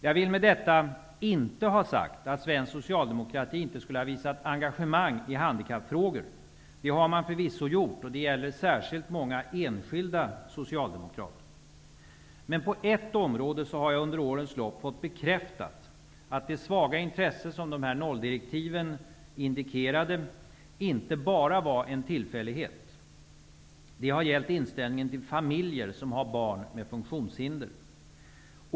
Jag vill med detta inte ha sagt att svensk socialdemokrati inte skulle ha visat engagemang i handikappfrågor. Det har man förvisso gjort. Det gäller framför allt många enskilda socialdemokrater. Men på ett område har jag under årens lopp fått bekräftat att det svaga intresse som nolldirektiven indikerade inte bara var en tillfällighet. Det har gällt inställningen till familjer som har barn med funktionshinder.